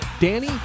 Danny